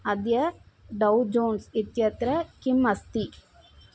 अद्य Dow Jones इत्यत्र किम् अस्ति